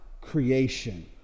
Creation